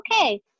okay